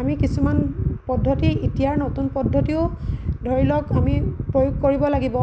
আমি কিছুমান পদ্ধতি এতিয়াৰ নতুন পদ্ধতিও ধৰি লওক আমি প্ৰয়োগ কৰিব লাগিব